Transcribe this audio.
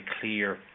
clear